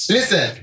Listen